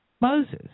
Moses